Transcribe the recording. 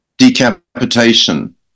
decapitation